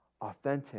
authentic